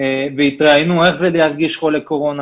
והם התראיינו איך זה להרגיש חולה קורונה.